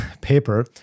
paper